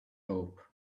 hope